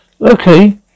Okay